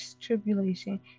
tribulation